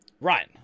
right